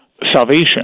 salvation